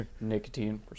Nicotine